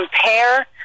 compare